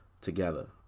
together